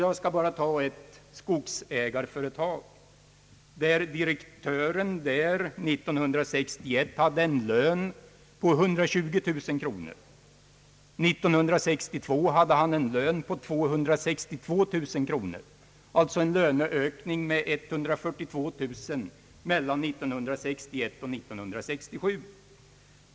Jag skall ta ett skogsägarföretag, där direktören 1961 hade en lön på 120 000 kronor. År 1967 hade han en lön på 262 000 kronor, alltså en löneökning med 142 000 kronor mellan 1961 och 1967.